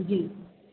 जी